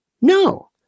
No